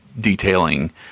detailing